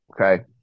Okay